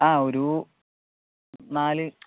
ആ ഒരു നാല്